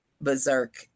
berserk